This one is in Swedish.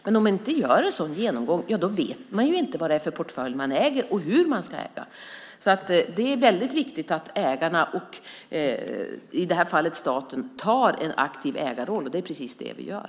Men om vi inte gör en sådan genomgång vet man ju inte vad det är för portfölj man äger och hur man ska äga. Det är väldigt viktigt att ägarna, i det här fallet staten, tar en aktiv ägarroll. Det är precis det vi gör.